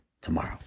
tomorrow